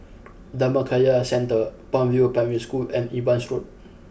Dhammakaya Centre Palm View Primary School and Evans Road